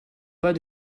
pas